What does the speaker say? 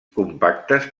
compactes